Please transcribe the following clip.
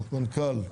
המנכ"ל,